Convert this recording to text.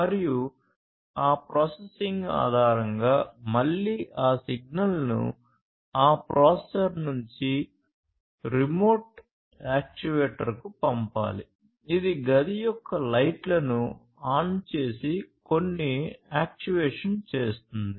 మరియు ఆ ప్రాసెసింగ్ ఆధారంగా మళ్ళీ ఆ సిగ్నల్ను ఆ ప్రాసెసర్ నుండి రిమోట్ యాక్యుయేటర్కు పంపాలి ఇది గది యొక్క లైట్లను ఆన్ చేసే కొన్ని యాక్చుయేషన్ చేస్తుంది